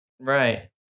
Right